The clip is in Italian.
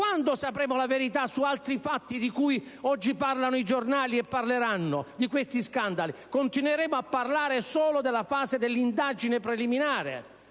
Quando sapremo la verità su altri fatti di cui oggi parlano i giornali, e parleranno, di questi scandali? Continueremo a parlare solo della fase dell'indagine preliminare?